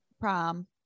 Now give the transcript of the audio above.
prom